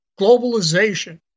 globalization